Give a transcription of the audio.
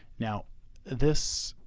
now this